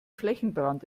flächenbrand